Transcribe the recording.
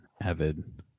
avid